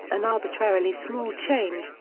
an arbitrarily small change,